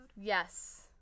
Yes